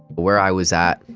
where i was at,